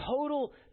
total